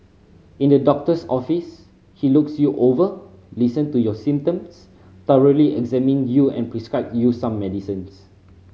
in the doctor's office he looks you over listen to your symptoms thoroughly examine you and prescribe you some medication